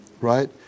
right